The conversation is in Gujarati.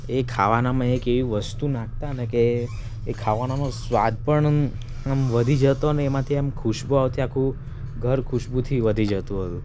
એ ખાવાનામાં એક એવી વસ્તુ નાખતાં ને કે એ ખાવાનાનો સ્વાદ પણ આમ વધી જતો અને એમાંથી એમ ખુશ્બુ આવતી આખું ઘર ખુશ્બુથી વધી જતું હતું